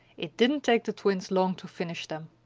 it didn't take the twins long to finish them.